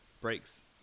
breaks